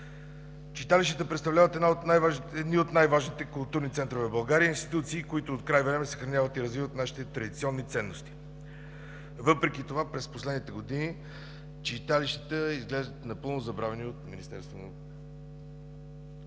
Читалищата представляват едни от най-важните културни центрове в България и институции, които открай време съхраняват и развиват нашите традиционни ценности. Въпреки това през последните години читалищата изглеждат напълно забравени от Министерството на културата